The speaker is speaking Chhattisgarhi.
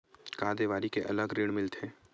का देवारी के अलग ऋण मिलथे?